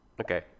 okay